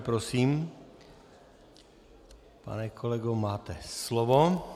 Prosím, pane kolego, máte slovo.